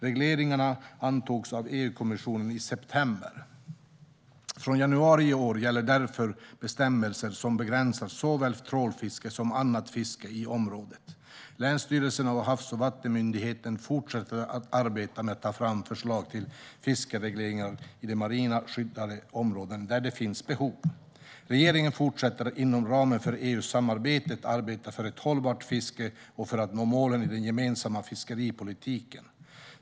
Regleringarna antogs av EU-kommissionen i september. Från januari i år gäller därför bestämmelser som begränsar såväl trålfiske som annat fiske i området. Länsstyrelserna och Havs och vattenmyndigheten fortsätter arbetet med att ta fram förslag till fiskeregleringar i de marina skyddade områden där det finns behov. Regeringen fortsätter att inom ramen för EU-samarbetet arbeta för ett hållbart fiske och för att nå målen i den gemensamma fiskeripolitiken.